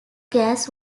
gas